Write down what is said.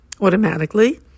automatically